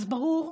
אז ברור,